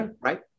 right